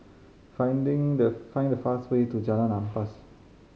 finding the find the fastest way to Jalan Ampas